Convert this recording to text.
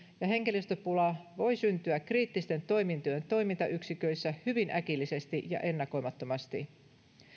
ja henkilöstöpula voi syntyä kriittisten toimintojen toimintayksiköissä hyvin äkillisesti ja ennakoimattomasti